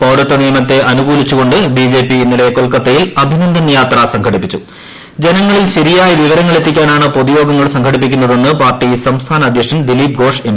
പൌരത്വ നിയമത്തെ അനുകൂലിച്ചുകൊണ്ട് ്ബിജെപി ഇന്നലെ കൊൽക്കത്തയിൽ അഭിനന്ദൻ യാത്ര സംഘടിപ്പിച്ചു ജനങ്ങളിൽ ശരിയായ വിവരങ്ങൾ എത്തിക്കാനാണ് പൊതുയോഗങ്ങൾ സംഘടിപ്പിക്കുന്നതെന്ന് പാർട്ടി സംസ്ഥാന അധ്യക്ഷൻ ദിലീപ് ഘോഷ് എം